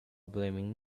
blaming